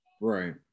Right